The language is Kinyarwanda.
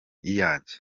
iyanjye